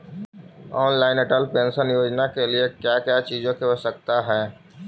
Online Atal pension Yojana के लिए क्या क्या चीजों की आवश्यकता है?